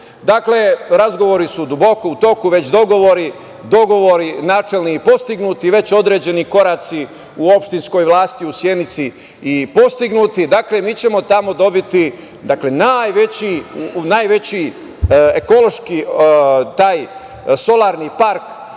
Balkanu. Razgovori su duboko u toku, već dogovori načelni i postignuti i već određeni koraci u opštinskoj vlasti u Sjenici postignuti. Mi ćemo tamo dobiti najveći ekološki solarni park